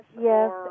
yes